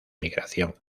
migración